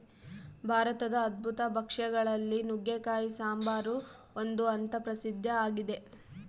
ಭಾರತದ ಅದ್ಭುತ ಭಕ್ಷ್ಯ ಗಳಲ್ಲಿ ನುಗ್ಗೆಕಾಯಿ ಸಾಂಬಾರು ಒಂದು ಅಂತ ಪ್ರಸಿದ್ಧ ಆಗಿದೆ